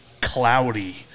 cloudy